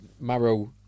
Marrow